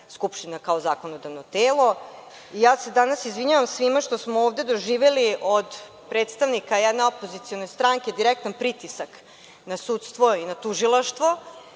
Skupština kao zakonodavno telo. Danas se izvinjavam svima što smo ovde doživeli od predstavnika jedne opozicione stranke direktan pritisak na sudstvo i na tužilaštvo